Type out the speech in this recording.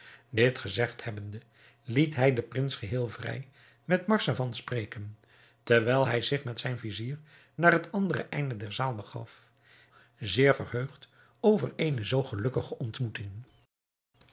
dit gezegd hebbende liet hij den prins geheel vrij met marzavan spreken terwijl hij zich met zijn vizier naar het andere einde der zaal begaf zeer verheugd over eene zoo gelukkige ontmoeting